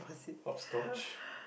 hopscotch